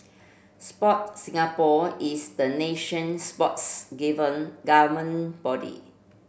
Sport Singapore is the nation sports given government body